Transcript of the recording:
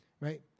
right